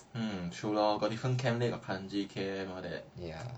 hmm true lor got different camp there got kranji camp all that